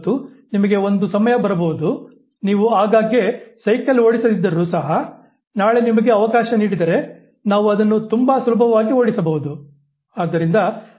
ಮತ್ತು ನಿಮಗೆ ಒಂದು ಸಮಯ ಬರಬಹುದು ನೀವು ಆಗಾಗ್ಗೆ ಸೈಕಲ್ ಓಡಿಸದಿದ್ದರೂ ಸಹ ನಾಳೆ ನಿಮಗೆ ಅವಕಾಶ ನೀಡಿದರೆ ನಾವು ಅದನ್ನು ತುಂಬಾ ಸುಲಭವಾಗಿ ಓಡಿಸಬಹುದು